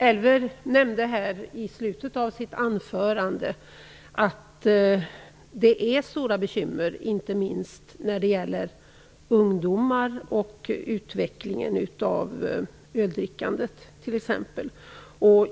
Elver Jonsson nämnde i slutet av sitt anförande att det är stora bekymmer, inte minst när det gäller ungdomar och öldrickandets utveckling.